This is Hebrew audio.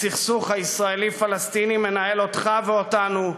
הסכסוך הישראלי פלסטיני מנהל אותך ואותנו,